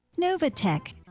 NovaTech